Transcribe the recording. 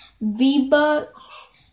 V-Bucks